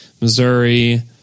Missouri